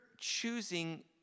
choosing